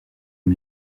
aux